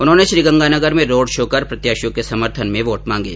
उन्होंने श्रीगंगानगर में road show कर प्रत्याशियों के समर्थन में वोट मांगे